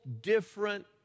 different